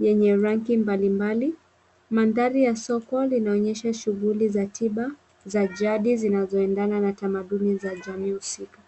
yenye rangi mbalimbali. Mandhari ya soko linaonyesha shughuli za tiba za jadi zinazoendana na tamaduni za jamii husika.